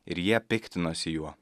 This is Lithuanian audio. ir jie piktinosi juo